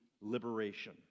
liberation